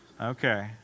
Okay